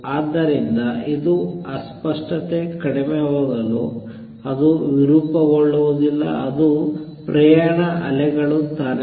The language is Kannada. ಆದ್ದರಿಂದ ಇದು ಅಸ್ಪಷ್ಟತೆ ಕಡಿಮೆ ಹೋಗಲು ಅದು ವಿರೂಪಗೊಳ್ಳುವುದಿಲ್ಲ ಅದು ಪ್ರಯಾಣ ಅಲೆಗಳು ತಾನೇ